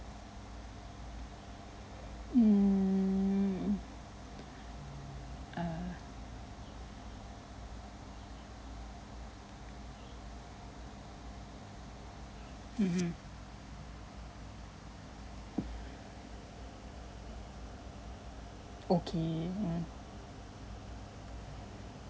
mm uh mmhmm okay mm